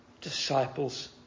disciples